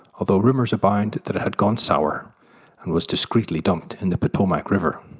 although rumours abound that it had gone sour and was discreetly dumped in the potomac river.